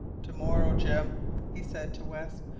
to-morrow, jim, he said to west,